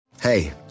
Hey